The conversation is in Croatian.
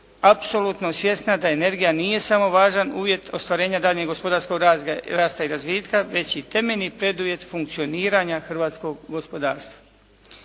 apsolutno svjesna da energija nije samo važan uvjet ostvarenja daljnjeg gospodarskog rasta i razvitka, već i temeljni preduvjet funkcioniranja hrvatskog gospodarstva.